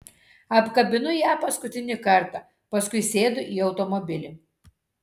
apkabinu ją paskutinį kartą paskui sėdu į automobilį